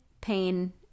pain